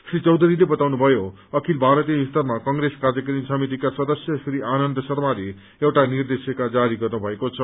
श्री चौधरीले बताउनुभयो अखिल भारतीय स्तरमा कंग्रेस कार्यकारिणी समितिका सदस्य श्री आनन्द शर्माले एउआ निर्देशिका जारी गर्नु भएको छ